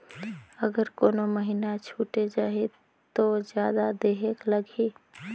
अगर कोनो महीना छुटे जाही तो जादा देहेक लगही?